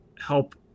help